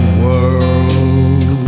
world